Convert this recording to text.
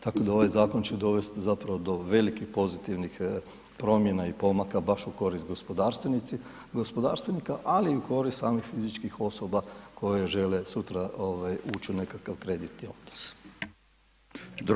Tako da ovaj zakon će dovesti zapravo do velikih pozitivnih promjena i pomaka i baš u korist gospodarstvenika ali i u korist samih fizičkih osoba koje žele sutra ući u nekakav kreditni odnos.